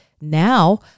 Now